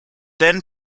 then